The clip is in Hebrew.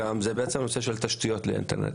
זה נושא תשתיות האינטרנט.